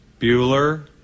Bueller